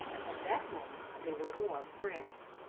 and from that moment they were warm friends.